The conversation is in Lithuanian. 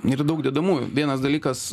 yra daug dedamųjų vienas dalykas